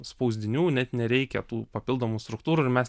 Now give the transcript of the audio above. spausdinių net nereikia tų papildomų struktūrų ir mes